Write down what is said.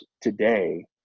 today